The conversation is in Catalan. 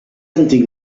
antic